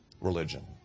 religion